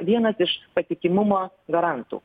vienas iš patikimumo garantų